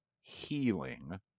healing